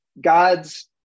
gods